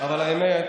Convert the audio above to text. אבל האמת